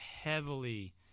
heavily